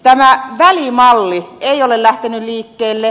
tämä välimalli ei ole lähtenyt liikkeelle